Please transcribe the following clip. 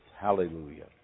Hallelujah